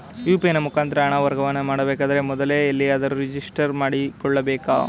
UPI ನ ಮುಖಾಂತರ ಹಣ ವರ್ಗಾವಣೆ ಮಾಡಬೇಕಾದರೆ ಮೊದಲೇ ಎಲ್ಲಿಯಾದರೂ ರಿಜಿಸ್ಟರ್ ಮಾಡಿಕೊಳ್ಳಬೇಕಾ?